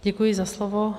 Děkuji za slovo.